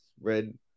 Red